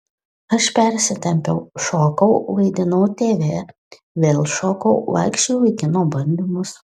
aš persitempiau šokau vaidinau tv vėl šokau vaikščiojau į kino bandymus